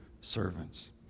servants